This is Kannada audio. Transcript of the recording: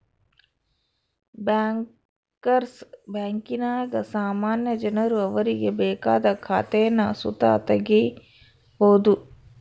ಬ್ಯಾಂಕರ್ಸ್ ಬ್ಯಾಂಕಿನಾಗ ಸಾಮಾನ್ಯ ಜನರು ಅವರಿಗೆ ಬೇಕಾದ ಖಾತೇನ ಸುತ ತಗೀಬೋದು